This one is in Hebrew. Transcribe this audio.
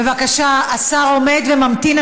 בבקשה, השר עומד וממתין.